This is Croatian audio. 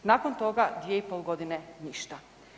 Nakon toga 2,5 godine ništa.